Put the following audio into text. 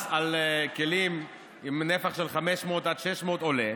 על כלים עם נפח של 550 600 סמ"ק עולה,